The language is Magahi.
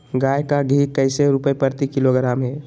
गाय का घी कैसे रुपए प्रति किलोग्राम है?